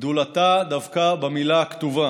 גדולתה דווקא במילה הכתובה,